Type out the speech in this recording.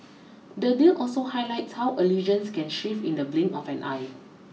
the deal also highlights how allegiances can shift in the blink of an eye